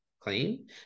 Claim